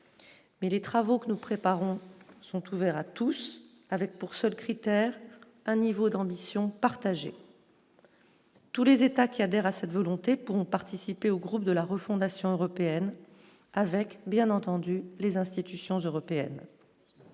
mais les travaux que nous préparons sont ouverts à tous, avec pour seul critère un niveau d'ambition partagée, tous les États qui adhère à cette volonté, pourront participer au groupe de la refondation européenne avec, bien entendu, les institutions européennes